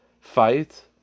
fight